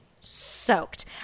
soaked